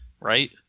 Right